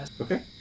Okay